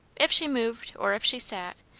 if she moved or if she sat,